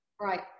Right